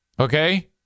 Okay